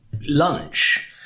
lunch